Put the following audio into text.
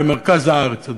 במרכז הארץ,